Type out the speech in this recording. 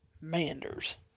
Manders